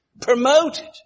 promoted